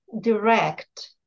direct